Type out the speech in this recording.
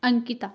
Ankita